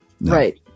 Right